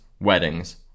weddings